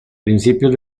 principios